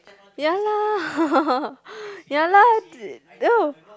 ya lah ya lah this no